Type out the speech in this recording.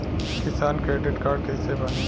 किसान credit card कइसे बानी?